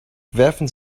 werfen